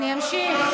הכבוד כולו שלי.